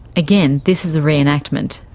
again, this is a re-enactment.